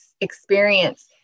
experience